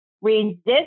resist